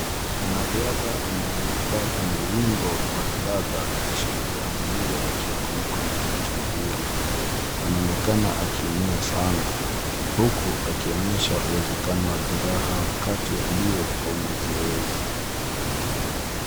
Mwanariadha ameanguka kwenye wimbo wa riadha akishikilia mguu wake kwa mikono yake miwili. Anaonekana akiumia sana, uku akionyesha uwezekano wa jeraha wakati wa mbio au mazoezi.